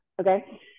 Okay